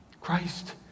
Christ